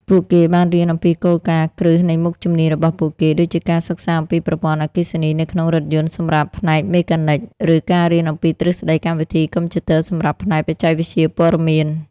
ពួកគេបានរៀនអំពីគោលការណ៍គ្រឹះនៃមុខជំនាញរបស់ពួកគេ ដូចជាការសិក្សាអំពីប្រព័ន្ធអគ្គិសនីនៅក្នុងរថយន្តសម្រាប់ផ្នែកមេកានិក ឬការរៀនអំពីទ្រឹស្តីកម្មវិធីកុំព្យូទ័រសម្រាប់ផ្នែកបច្ចេកវិទ្យាព័ត៌មាន។